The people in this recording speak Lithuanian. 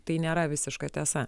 tai nėra visiška tiesa